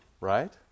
Right